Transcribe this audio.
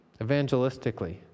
evangelistically